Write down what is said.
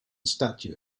statue